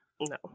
No